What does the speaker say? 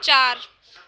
चार